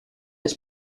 its